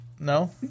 No